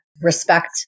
respect